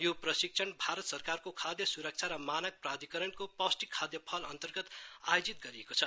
यो प्रशिक्षण भारत सरकारको खाद्य सुरक्षा र मानक प्राधिकरणएफएसएसएआई को पौष्टिक खाद्य पहल अन्तर्गत आयोजित गरिएको थियो